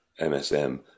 MSM